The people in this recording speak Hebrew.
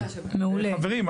חברים,